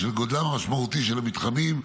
בשל גודלם המשמעותי של המתחמים,